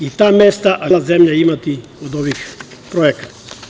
I ta mesta, a i cela zemlja će imati od ovih projekata.